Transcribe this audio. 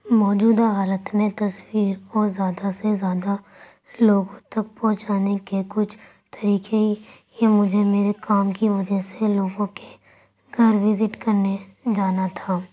موجودہ حالت میں تصویر کو زیادہ سے زیادہ لوگوں تک پہنچانے کے کچھ طریقے یہ مجھے میرے کام کی وجہ سے لوگوں کے گھر وزٹ کرنے جانا تھا